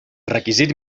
requisit